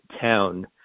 town